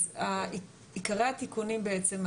עיקרי התיקונים בעצם,